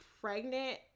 pregnant